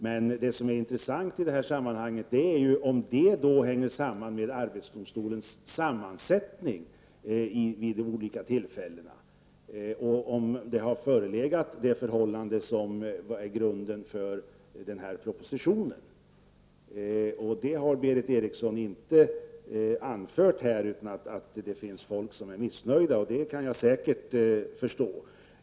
Men det intressanta är om det hänger samman med arbetsdomstolens sammansättning vid de olika tillfällena och om det förhållande har förelegat som är grunden för denna proposition. Detta har Berith Eriksson inte påvisat, utan hon har endast anfört att det finns människor som har varit missnöjda. Att så är fallet kan jag mycket väl förstå.